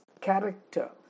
character